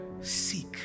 seek